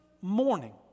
morning